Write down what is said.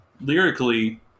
lyrically